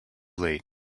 late